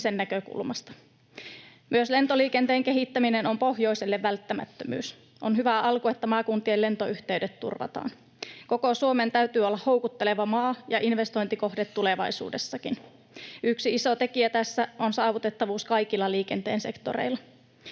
näkökulmasta. Myös lentoliikenteen kehittäminen on pohjoiselle välttämättömyys. On hyvä alku, että maakuntien lentoyhteydet turvataan. Koko Suomen täytyy olla houkutteleva maa ja investointikohde tulevaisuudessakin. Yksi iso tekijä tässä on saavutettavuus kaikilla liikenteen sektoreilla.